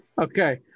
Okay